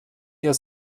ihr